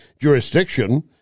jurisdiction